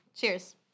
Cheers